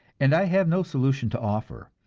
and i have no solution to offer.